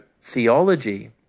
theology